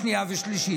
בשנייה ובשלישית,